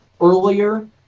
earlier